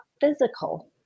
physical